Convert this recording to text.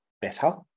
better